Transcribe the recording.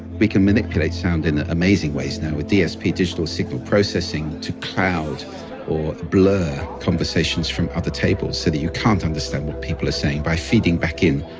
we can manipulate sound in amazing ways, now, with dsp, digital signal processing, to cloud or blur conversations from other tables, so that you can't understand what people are saying, by feeding back in,